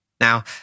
Now